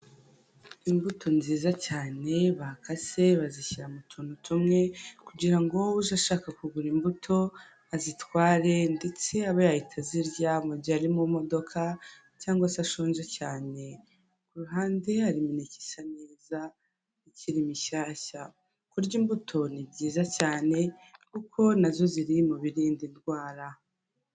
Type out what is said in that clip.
Imbuto nziza cyane bakase, bazishyira mu tuntu tumwe, kugira ngo uje ashaka kugura imbuto azitware, ndetse aba yahita azirya mu gihe ari mu modoka, cyangwa se ashonje cyane, kuhande hari imineke isa neza ikiri mishyashya kurya imbuto ni byiza cyane kuko nazo ziri mu birinda indwara.